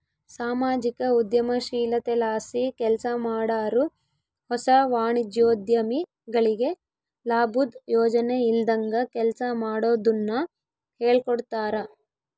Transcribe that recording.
ಸಾಮಾಜಿಕ ಉದ್ಯಮಶೀಲತೆಲಾಸಿ ಕೆಲ್ಸಮಾಡಾರು ಹೊಸ ವಾಣಿಜ್ಯೋದ್ಯಮಿಗಳಿಗೆ ಲಾಬುದ್ ಯೋಚನೆ ಇಲ್ದಂಗ ಕೆಲ್ಸ ಮಾಡೋದುನ್ನ ಹೇಳ್ಕೊಡ್ತಾರ